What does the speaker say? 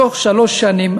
בתוך שלוש שנים,